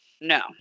No